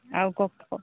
আৰু কওক